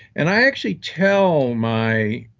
and i actually tell my